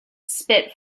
spit